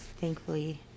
thankfully